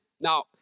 Now